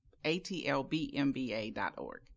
atlbmba.org